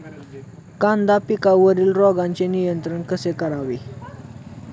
कांदा पिकावरील रोगांचे नियंत्रण कसे करावे?